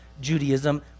Judaism